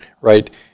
right